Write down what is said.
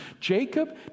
Jacob